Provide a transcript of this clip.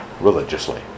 religiously